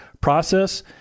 process